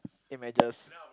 images